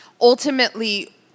ultimately